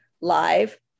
Live